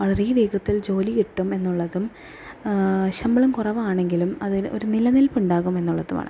വളരെ വേഗത്തിൽ ജോലി കിട്ടും എന്നുള്ളതും ശമ്പളം കുറവാണെങ്കിലും അതിൽ ഒരു നിലനിൽപ്പ് ഉണ്ടാകും എന്നുള്ളതുമാണ്